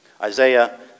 Isaiah